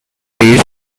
these